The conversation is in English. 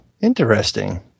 interesting